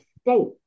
state